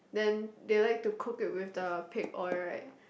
then they like to cook it with the pig oil right